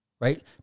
right